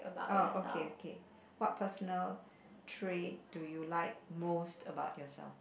orh okay okay what personal trait do you like most about yourself